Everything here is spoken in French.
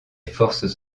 forces